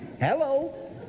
hello